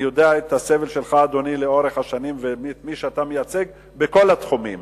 אני יודע את הסבל שלך לאורך השנים ואת מי אתה מייצג בכל התחומים.